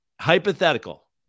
Hypothetical